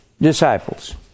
disciples